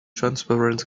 transparent